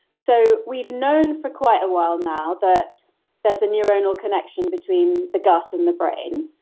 so we've known for quite a while now that there's a neural connection between the gut and the brain.